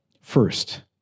First